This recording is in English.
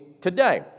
today